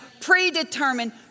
predetermined